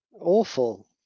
awful